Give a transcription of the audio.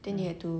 then they had to